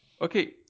okay